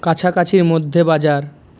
কাছাকাছির মধ্যে বাজার